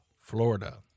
Florida